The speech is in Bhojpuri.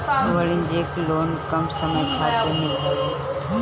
वाणिज्यिक लोन कम समय खातिर मिलत हवे